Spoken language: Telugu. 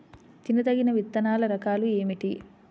తినదగిన విత్తనాల రకాలు ఏమిటి?